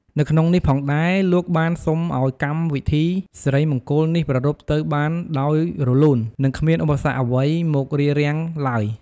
នៅក្នុងនេះផងដែរលោកបានសុំឱ្យកម្មវិធីសិរីមង្គលនេះប្រាព្ធទៅបានដោយរលូន និងគ្មានឧបសគ្គអ្វីមករារាំងឡើយ។